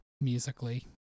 musically